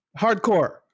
Hardcore